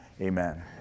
Amen